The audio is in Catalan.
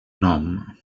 nom